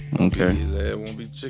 Okay